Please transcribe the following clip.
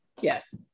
yes